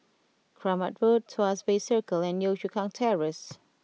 Kramat Road Tuas Bay Circle and Yio Chu Kang Terrace